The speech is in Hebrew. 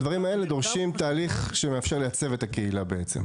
הדברים האלה דורשים תהליך שמאפשר לייצב את הקהילה בעצם.